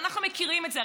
ואנחנו מכירים את זה.